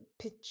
pitch